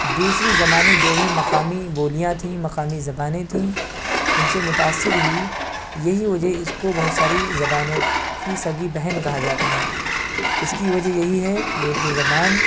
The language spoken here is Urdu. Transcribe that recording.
دوسری زبانیں جو بھی مقامی بولیاں تھیں مقامی زبانیں تھیں ان سے متاثر ہوئی یہی وجہ اس کو بہت ساری زبانوں کی سگی بہن کہا جاتا ہے اس کی وجہ یہی ہے کہ اردو زبان